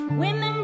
women